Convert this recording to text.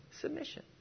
Submission